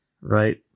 Right